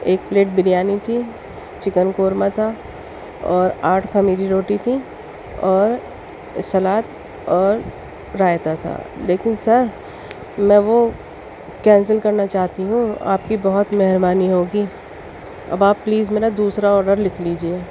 ایک پلیٹ بریانی تھی چکن قورما تھا اور آٹھ خمیری روٹی تھیں اور سلاد اور رائتا تھا لیکن سر میں وہ کینسل کرنا چاہتی ہوں آپ کی بہت مہربانی ہوگی اب آپ پلیز میرا دوسرا آرڈر لکھ لیجیے